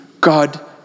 God